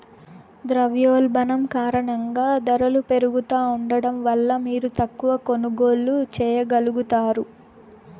ద్రవ్యోల్బణం కారణంగా దరలు పెరుగుతా ఉండడం వల్ల మీరు తక్కవ కొనుగోల్లు చేయగలుగుతారు